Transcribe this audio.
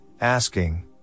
asking